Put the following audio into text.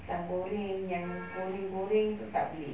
ikan goreng yang goreng-goreng itu tak boleh